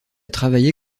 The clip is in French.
travaillé